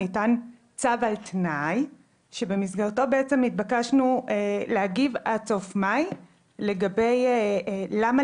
ניתן צו על תנאי שבמסגרתו התבקשנו להגיב עד סוף מאי לגבי למה